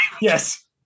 Yes